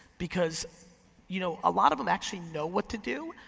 because you know, a lot of em actually know what to do,